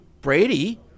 Brady